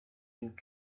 and